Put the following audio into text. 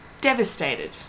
devastated